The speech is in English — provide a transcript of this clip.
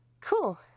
Cool